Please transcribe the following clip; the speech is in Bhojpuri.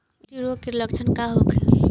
गिल्टी रोग के लक्षण का होखे?